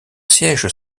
siège